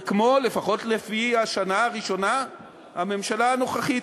וכמו, לפחות לפי השנה הראשונה, הממשלה הנוכחית.